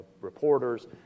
reporters